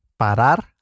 parar